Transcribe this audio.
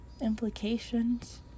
Implications